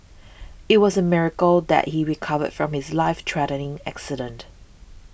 it was a miracle that he recovered from his life threatening accident